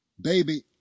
Baby